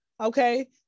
okay